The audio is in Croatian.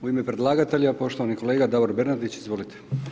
U ime predlagatelja poštovani kolega Davor Bernardić, izvolite.